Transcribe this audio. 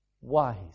Wise